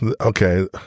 okay